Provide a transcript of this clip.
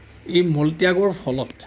এই মলত্যাগৰ ফলত